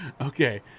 Okay